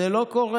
זה לא קורה,